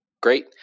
great